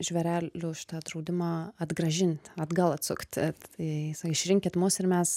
žvėrelių šitą draudimą atgrąžint atgal atsukti tai išrinkit mus ir mes